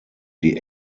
die